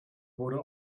wurde